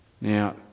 Now